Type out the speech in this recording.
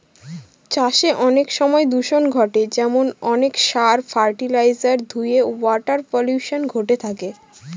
চাষে অনেক সময় দূষন ঘটে যেমন অনেক সার, ফার্টিলাইজার ধূয়ে ওয়াটার পলিউশন ঘটে থাকে